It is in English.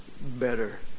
better